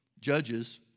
Judges